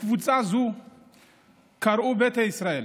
לקבוצה זו קראו "ביתא ישראל"